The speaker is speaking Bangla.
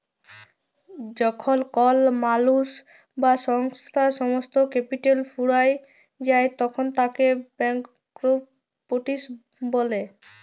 যখল কল মালুস বা সংস্থার সমস্ত ক্যাপিটাল ফুরাঁয় যায় তখল তাকে ব্যাংকরূপটিসি ব্যলে